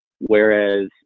Whereas